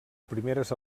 primeres